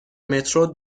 مترو